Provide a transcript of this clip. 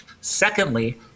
Secondly